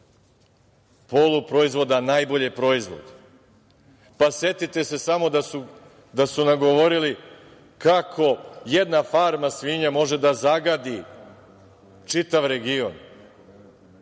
poluporizvod je najbolji proizvod. Setite se samo da su nam govorili kako jedna farma svinja može da zagadi čitav region,